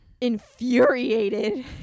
infuriated